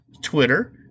Twitter